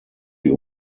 die